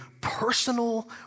personal